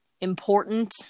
important